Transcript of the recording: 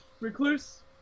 Recluse